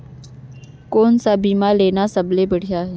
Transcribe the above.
कोन स बीमा लेना सबले बढ़िया हे?